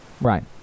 Right